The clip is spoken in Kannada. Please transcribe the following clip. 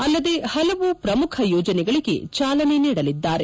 ಅಲ್ಲದೇ ಹಲವು ಪ್ರಮುಖ ಯೋಜನೆಗಳಿಗೆ ಚಾಲನೆ ನೀಡಲಿದ್ದಾರೆ